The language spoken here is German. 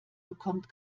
bekommt